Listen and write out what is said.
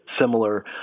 similar